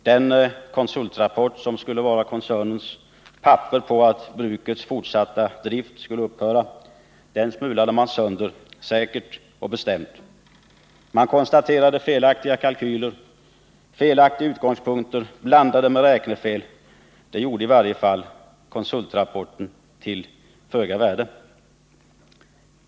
Den konsultrapport som skulle vara koncernens papper på att driften vid bruket skulle upphöra smulade man sönder — säkert och bestämt. Man konstaterade felaktiga kalkyler och felaktiga utgångspunkter blandade med räknefel. Det gjorde att konsultrapporten fick föga värde.